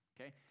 Okay